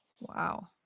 Wow